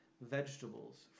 vegetables